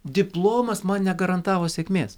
diplomas man negarantavo sėkmės